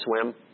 swim